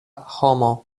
homo